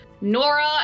Nora